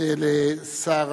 לשר